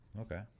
okay